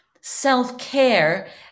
self-care